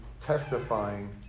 testifying